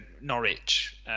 Norwich